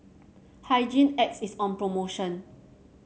Hygin X is on promotion